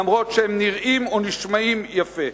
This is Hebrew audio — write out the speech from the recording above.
אף שהם נראים או נשמעים יפה.